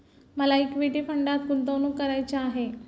मला इक्विटी फंडात गुंतवणूक करायची आहे